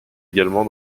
également